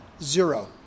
Zero